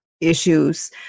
issues